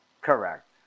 Correct